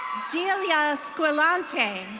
delia squilante.